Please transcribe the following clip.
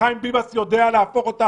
וחיים ביבס יודע להפוך אותה